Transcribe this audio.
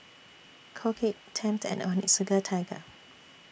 Colgate Tempt and Onitsuka Tiger